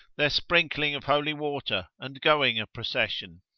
their sprinkling of holy water, and going a procession,